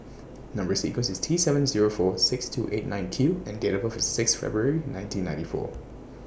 Number sequence IS T seven Zero four six two eight nine Q and Date of birth IS six February nineteen ninety four